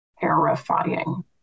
terrifying